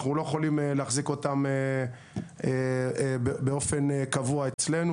אנחנו לא יכולים להחזיק אותם באופן קבוע אצלנו,